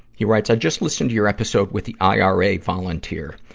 he writes, i just listened to your episode with the ira volunteer.